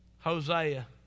Hosea